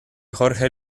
jorge